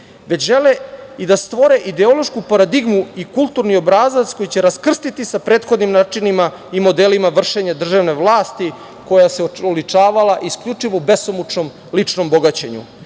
već žele i da stvore ideološku paradigmu i kulturni obrazac koji će raskrstiti sa prethodnim načinima i modelima vršenja državne vlasti koja se oličavala isključivo u besomučnom ličnom bogaćenju,